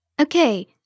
Okay